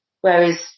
Whereas